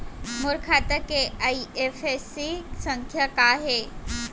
मोर खाता के आई.एफ.एस.सी संख्या का हे?